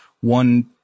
one